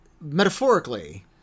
metaphorically